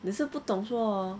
可是不懂说 hor